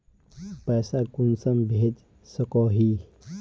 पैसा कुंसम भेज सकोही?